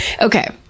okay